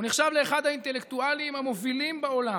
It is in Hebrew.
הוא נחשב לאחד האינטלקטואלים המובילים בעולם.